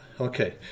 Okay